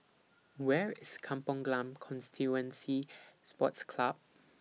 Where IS Kampong Glam Constituency Sports Club